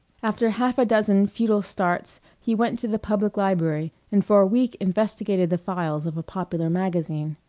after half a dozen futile starts he went to the public library and for a week investigated the files of a popular magazine.